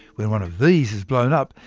when one of these is blown up,